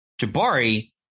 Jabari